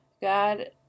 God